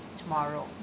tomorrow